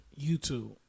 YouTube